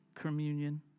communion